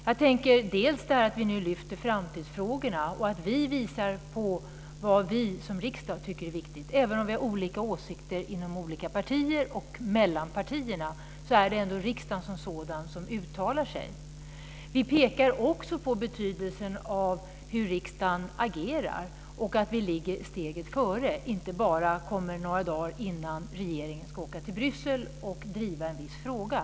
Jag tänker bl.a. på att vi nu lyfter fram framtidsfrågorna och visar vad vi som riksdag tycker är viktigt. Även om vi har olika åsikter inom olika partier och mellan partierna är det ändå riksdagen som sådan som uttalar sig. Vi pekar också på betydelsen av hur riksdagen agerar och av att vi ligger steget före och inte bara kommer några dagar innan regeringen ska åka till Bryssel och driva en viss fråga.